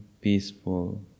peaceful